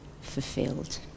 fulfilled